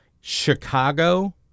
Chicago